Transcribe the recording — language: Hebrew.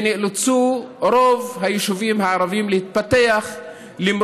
ורוב היישובים הערביים נאלצו להתפתח